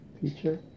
teacher